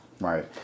Right